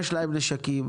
יש להם נשקים,